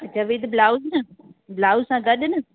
अच्छा with blouse न blouse सां गॾु न